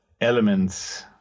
elements